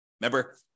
Remember